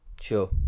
Sure